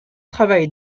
travail